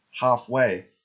halfway